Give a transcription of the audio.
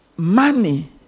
Money